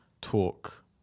talk